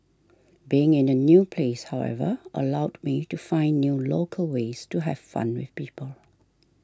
being in a new place however allowed me to find new local ways to have fun with people